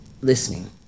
listening